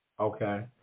Okay